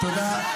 תסתלקי את.